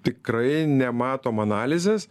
tikrai nematom analizės